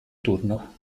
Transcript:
turno